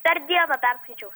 per dieną perskaičiau